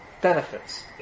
benefits